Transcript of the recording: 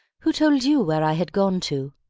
who told you where i had gone to?